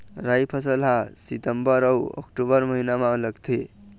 राई फसल हा सितंबर अऊ अक्टूबर महीना मा लगथे